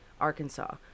arkansas